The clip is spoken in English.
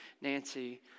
Nancy